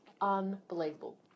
unbelievable